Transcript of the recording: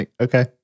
okay